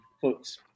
put